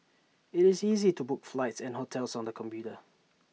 IT is easy to book flights and hotels on the computer